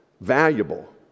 valuable